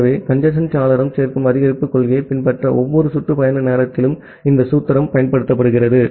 ஆகவே கஞ்சேஸ்ன் சாளரம் சேர்க்கும் அதிகரிப்பு கொள்கையைப் பின்பற்ற ஒவ்வொரு சுற்று பயண நேரத்திலும் இந்த சூத்திரம் பயன்படுத்தப்படுகிறது